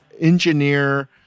engineer